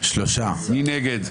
מי נגד?